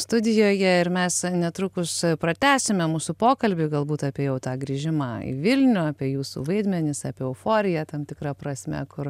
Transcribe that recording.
studijoje ir mes netrukus pratęsime mūsų pokalbį galbūt apie jau tą grįžimą į vilnių apie jūsų vaidmenis apie euforiją tam tikra prasme kur